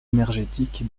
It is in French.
énergétique